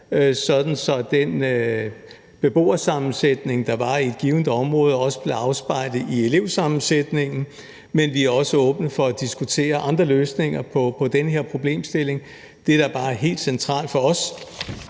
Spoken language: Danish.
sådan at den beboersammensætning, der er i et givent område, også bliver afspejlet i elevsammensætningen, men vi er også åbne for at diskutere andre løsninger på den her problemstilling. Det, der bare er helt centralt for os,